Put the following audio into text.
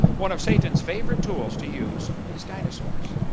one of satan's favorite tools to use is dinosaurs,